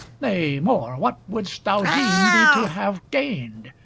nay more, what wouldst thou deem thee to have gained,